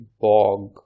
bog